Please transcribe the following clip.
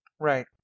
Right